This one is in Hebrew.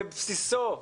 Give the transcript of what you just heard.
בבסיסו,